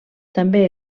també